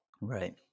Right